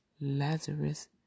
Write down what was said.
Lazarus